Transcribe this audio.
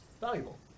valuable